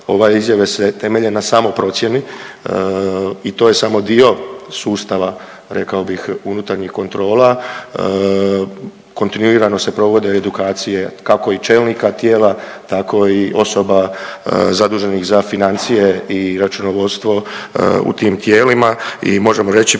ove izjave se temelje na samoprocjeni i to je samo dio sustava rekao bih unutarnjih kontrola. Kontinuirano se provode edukacije kako i čelnika tijela, tako i osoba zaduženih za financije i računovodstvo u tim tijelima. I možemo reći